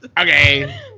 Okay